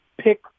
pick